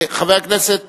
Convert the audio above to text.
חבר הכנסת